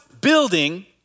building